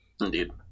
indeed